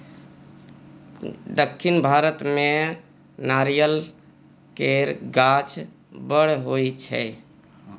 दक्खिन भारत मे नारियल केर गाछ बड़ होई छै